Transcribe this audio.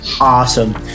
Awesome